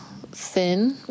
thin